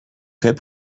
fait